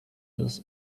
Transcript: this